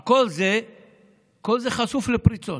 כל זה חשוף לפריצות.